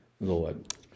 Lord